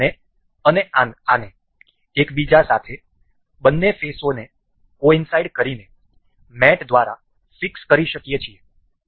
આપણે આને અને આ એકબીજા સાથે બંને ફેસઓને કોઈનસાઈડ કરીને મેટ દ્વારા ફિક્સ કરી શકીએ છીએ